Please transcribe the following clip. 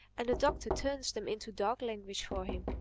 and the doctor turns them into dog language for him.